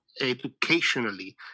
educationally